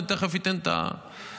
אני תכף אתן את דעתי.